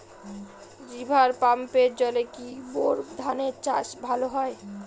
River পাম্পের জলে কি বোর ধানের চাষ ভালো হয়?